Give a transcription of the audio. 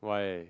why